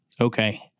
Okay